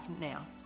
now